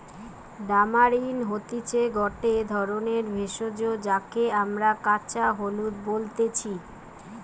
tamarind হতিছে গটে ধরণের ভেষজ যাকে আমরা কাঁচা হলুদ বলতেছি